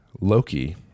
Loki